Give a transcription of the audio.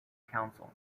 council